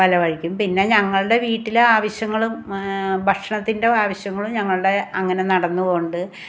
പല വഴിക്കും പിന്നെ ഞങ്ങളുടെ വീട്ടിലെ ആവിശ്യങ്ങളും ഭക്ഷണത്തിൻ്റെ ആവിശ്യങ്ങളും ഞങ്ങളുടെ അങ്ങനെ നടന്ന് പോകുന്നുണ്ട്